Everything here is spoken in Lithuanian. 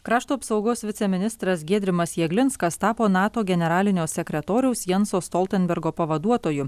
krašto apsaugos viceministras giedrimas jeglinskas tapo nato generalinio sekretoriaus janso stoltenbergo pavaduotoju